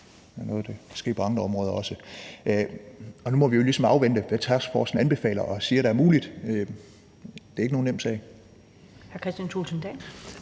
det er noget, der også kan ske på andre områder. Nu må vi jo ligesom afvente, hvad taskforcen anbefaler og siger er muligt. Det er ikke nogen nem sag.